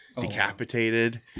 decapitated